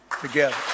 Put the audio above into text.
together